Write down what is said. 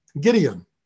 Gideon